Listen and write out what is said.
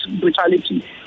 brutality